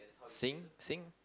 sing sing